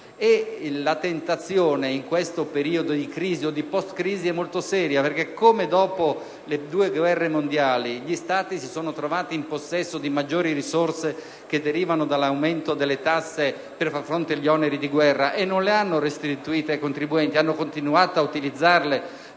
La tentazione in questo periodo di crisi o di post‑crisi è molto seria. Infatti, come dopo le due guerre mondiali gli Stati si sono trovati in possesso di maggiori risorse derivanti dall'aumento delle tasse per far fronte agli oneri di guerra e non le hanno restituite ai contribuenti, continuando ad utilizzarle